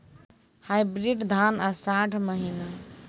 Hybrid धान आषाढ़ महीना?